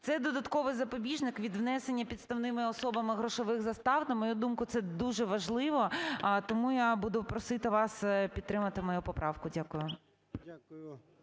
Це додатковий запобіжник від внесення підставними особами грошових застав. На мою думку, це дуже важливо, тому я буду просити вас підтримати мою поправку. Дякую.